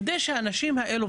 כדי שהאנשים האלו,